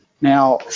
Now